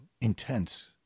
intense